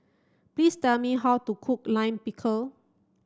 please tell me how to cook Lime Pickle